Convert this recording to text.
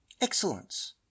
excellence